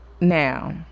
Now